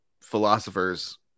philosophers